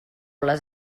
les